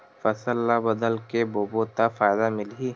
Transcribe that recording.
फसल ल बदल के बोबो त फ़ायदा मिलही?